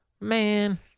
man